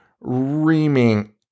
reaming